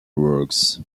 works